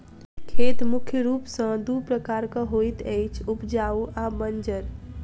खेत मुख्य रूप सॅ दू प्रकारक होइत अछि, उपजाउ आ बंजर